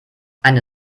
eine